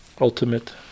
ultimate